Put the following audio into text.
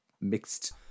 mixed